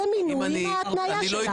זה מינוי עם התניה.